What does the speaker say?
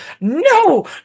no